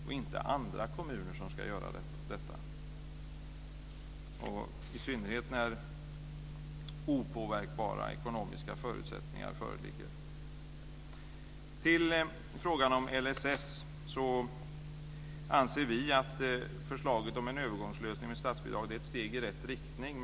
Det är inte andra kommuner som ska göra detta, i synnerhet inte när opåverkbara ekonomiska förutsättningar föreligger. Till frågan om LSS. Vi anser att förslaget om en övergångslösning med statsbidrag är ett steg i rätt riktning.